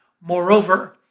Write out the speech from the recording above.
Moreover